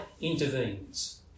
intervenes